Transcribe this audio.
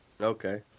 Okay